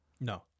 No